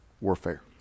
warfare